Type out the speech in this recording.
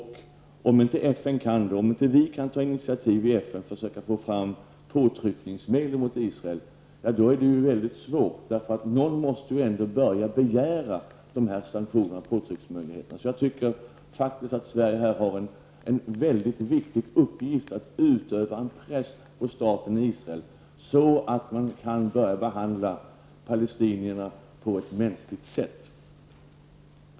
Om inte FN kan det, om inte vi kan ta initiativ i FN och den vägen försöka få fram påtryckningsmedel mot Israel, är det mycket svårt -- någon måste ju ändå börja kräva sådana sanktioner eller påtryckningsmöjligheter. Jag tycker faktiskt att Sverige har en mycket viktig uppgift, nämligen att utöva en press på staten Israel så att man börjar behandla palestinierna på ett mänskligt sätt.